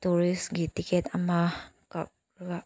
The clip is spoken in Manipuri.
ꯇꯨꯔꯤꯁꯀꯤ ꯇꯤꯀꯦꯠ ꯑꯃ ꯀꯛꯂꯒ